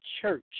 church